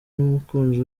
n’umukunzi